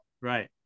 Right